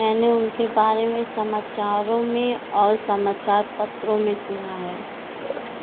मैंने उनके बारे में समाचारों में और समाचार पत्रों में सुना है